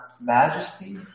majesty